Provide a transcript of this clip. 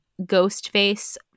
Ghostface